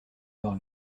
leurs